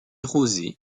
rosées